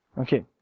Okay